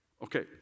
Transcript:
Okay